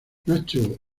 nacho